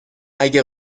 اگه